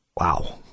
Wow